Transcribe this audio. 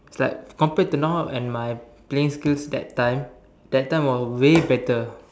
it's like compared to now and my playing skills that time that time was way better